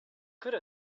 could